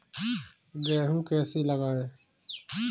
गेहूँ कैसे लगाएँ?